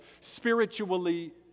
spiritually